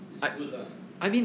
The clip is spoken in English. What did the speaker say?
it's good lah